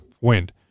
wind